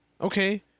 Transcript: Okay